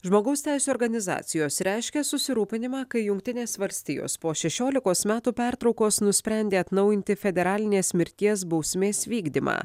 žmogaus teisių organizacijos reiškia susirūpinimą kai jungtinės valstijos po šešiolikos metų pertraukos nusprendė atnaujinti federalinės mirties bausmės vykdymą